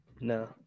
No